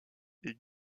est